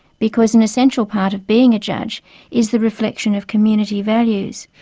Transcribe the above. because an essential part of being a judge is the reflection of community values.